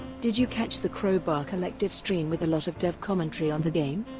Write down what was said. did you catch the crowbar collective stream with a lot of dev commentary on the game?